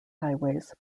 highways